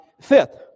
Fifth